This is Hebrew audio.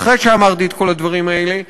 אחרי שאמרתי את כל הדברים האלה,